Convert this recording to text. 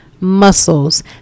muscles